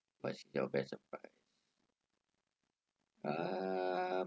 what's your best surprise ah